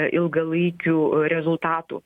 ilgalaikių rezultatų